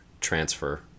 transfer